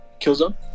Killzone